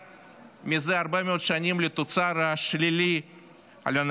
ומזה הרבה מאוד שנים השנה נגיע לתוצר שלילי לנפש.